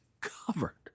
covered